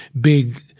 big